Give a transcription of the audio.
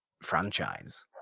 franchise